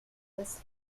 lászló